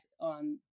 on